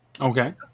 Okay